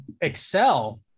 excel